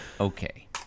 Okay